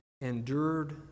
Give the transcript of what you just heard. endured